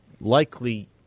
likely